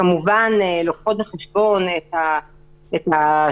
שכמובן לוקחות בחשבון את השינויים...